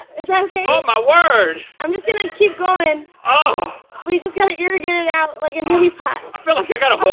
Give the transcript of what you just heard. is that okay? oh my word! i'm just gonna keep going. ah we just gotta irrigate it out like a neti pot. i feel like i gotta hold